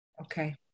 Okay